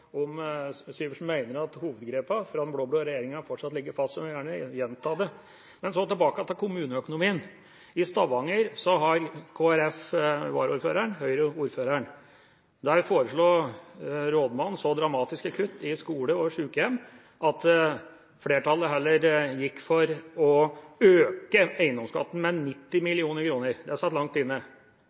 om Syversen mener at hovedgrepene fra den blå-blå regjeringa fortsatt ligger fast, så han må gjerne gjenta det. Men så tilbake til kommuneøkonomien. I Stavanger har Kristelig Folkeparti varaordføreren og Høyre ordføreren. Der foreslo rådmannen så dramatiske kutt i skole og sykehjem at flertallet heller gikk for å øke eiendomsskatten med 90 mill. kr. Det satt langt inne.